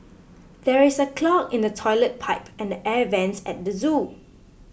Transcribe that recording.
there is a clog in the Toilet Pipe and the Air Vents at the zoo